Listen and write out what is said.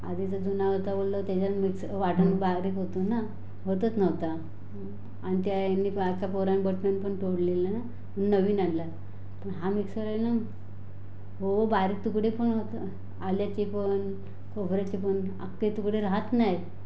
आधी जो जुना होता बोललो त्याच्यात मिक्सर वाटण बारीक होतो ना होतच नव्हता आणि त्या याने बारक्या पोराने बटन पण तोडलेलं नं म्हणून नवीन आणला हा मिक्सर आहे ना हो बारीक तुकडे पण होतं आल्याचे पण खोबऱ्याचे पण अख्खे तुकडे राहत नाहीत